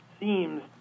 Seems